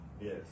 Yes